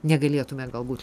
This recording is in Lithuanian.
negalėtume galbūt